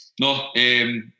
no